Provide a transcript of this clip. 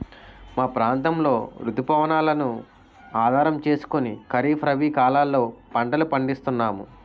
మా ప్రాంతంలో రుతు పవనాలను ఆధారం చేసుకుని ఖరీఫ్, రబీ కాలాల్లో పంటలు పండిస్తున్నాము